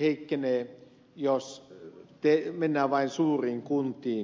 heikkenee jos mennään vain suuriin kuntiin